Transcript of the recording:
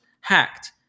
hacked